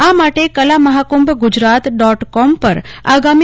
આ માટે Kalamahakumbh Gujarat dot com પર તા